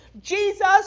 jesus